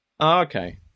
Okay